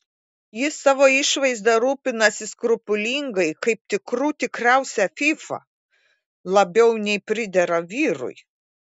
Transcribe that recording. jis savo išvaizda rūpinasi skrupulingai kaip tikrų tikriausia fyfa labiau nei pridera vyrui